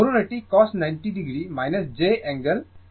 ধরুন cos 90 o j angle angle